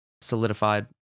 solidified